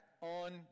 on